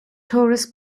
tourists